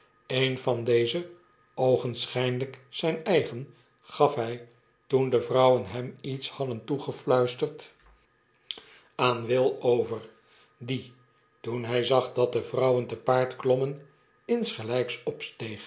een van deze oogenschijnlijk zijn eigen gaf hij toen de vrouwen bem iets hadden toegefluisterd aan will over die toen hij zag dat de vrouwen te paard klommen insgelyks opsteeg